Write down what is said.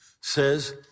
says